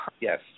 yes